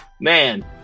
man